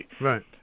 right